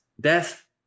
Death